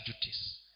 duties